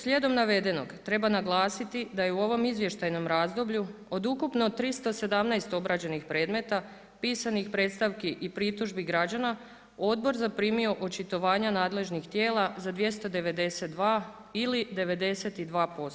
Slijedom navedenog treba naglasiti da je u ovom izvještajnom razdoblju od ukupno 317 obrađenih predmeta pisanih predstavki i pritužbi građana Odbor zaprimio očitovanja nadležnih tijela za 292 ili 92%